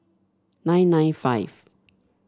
nine nine five